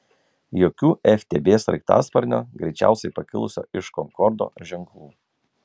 jokių ftb sraigtasparnio greičiausiai pakilusio iš konkordo ženklų